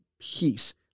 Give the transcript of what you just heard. peace